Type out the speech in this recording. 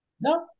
No